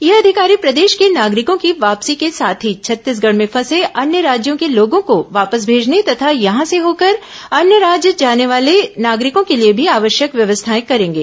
ये अधिकारी प्रदेश के नागरिकों की वापसी के साथ ही छत्तीसगढ़ में फंसे अन्य राज्यों के लोगों को वापस भेजने तथा यहां से होकर अन्य राज्य जाने वाले नागरिकों के लिए भी आवश्यक व्यवस्थाएं करेंगे